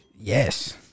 Yes